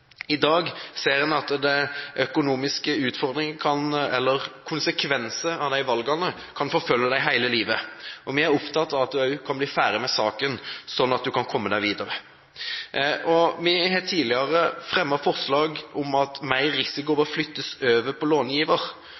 I dag ser en at de økonomiske konsekvensene av valgene kan forfølge en hele livet. Vi er opptatt av at en kan bli ferdig med saken, slik at en kan komme seg videre. Vi har tidligere fremmet forslag om at mer risiko må flyttes over på långiver.